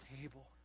table